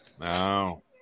No